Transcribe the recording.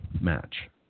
match